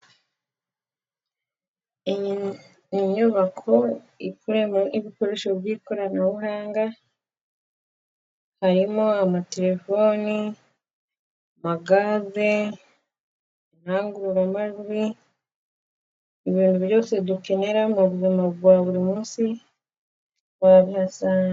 Iyi ni inyubako ikorerwamo ibikoresho by'ikoranabuhanga harimo:amatelefoni, amagaze, indangururamajwi , ibintu byose dukenera mu buzima bwa buri munsi wabihasanga.